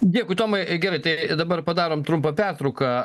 dėkui tomai gerai tai dabar padarom trumpą pertrauką